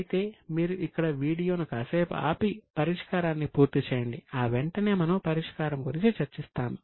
అయితే మీరు ఇక్కడ వీడియోను కాసేపు ఆపి పరిష్కారాన్ని పూర్తి చేయండి ఆ వెంటనే మనము పరిష్కారం గురించి చర్చిస్తాము